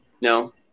No